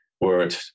Word